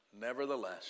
Nevertheless